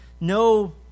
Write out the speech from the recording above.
no